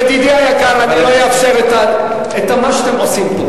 ידידי היקר, אני לא אאפשר את מה שאתם עושים פה.